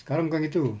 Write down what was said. sekarang bukan gitu